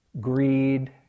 greed